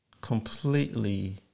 completely